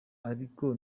ariko